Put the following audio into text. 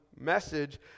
message